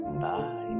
Bye